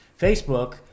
Facebook